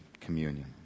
communion